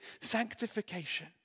sanctification